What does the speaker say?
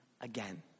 again